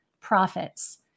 profits